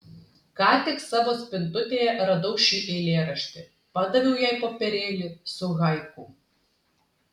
ką tik savo spintutėje radau šį eilėraštį padaviau jai popierėlį su haiku